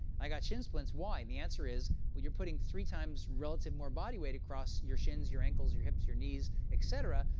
i've got shin splints. why? the answer is when you're putting three times relative more body weight across your shins, your ankles, your hips, your knees, et cetera,